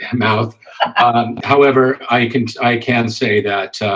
and mouth ah um however, i can i can say that